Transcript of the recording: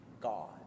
God